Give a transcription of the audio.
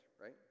right